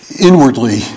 inwardly